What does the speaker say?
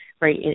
right